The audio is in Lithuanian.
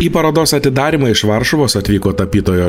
į parodos atidarymą iš varšuvos atvyko tapytojo